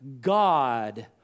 God